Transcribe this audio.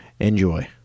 enjoy